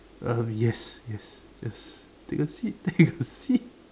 um yes yes just take a seat take a seat